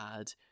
add